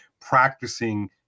practicing